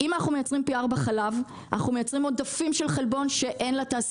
אם אנחנו מייצרים פי 4 חלב אנחנו מייצרים עודפים של חלבון שאין לתעשייה